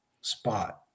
spot